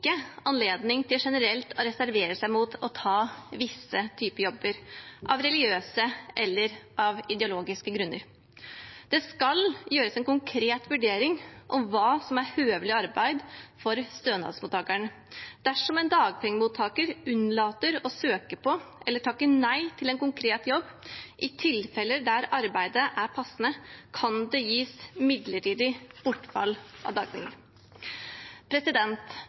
anledning til generelt å reservere seg mot å ta visse typer jobber av religiøse eller av ideologiske grunner. Det skal gjøres en konkret vurdering av hva som er høvelig arbeid for stønadsmottakeren. Dersom en dagpengemottaker unnlater å søke på eller takker nei til en konkret jobb i tilfeller der arbeidet er passende, kan det gis midlertidig bortfall av dagpenger.